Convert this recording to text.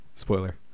Spoiler